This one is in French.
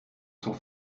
sont